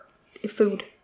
food